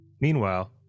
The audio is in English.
Meanwhile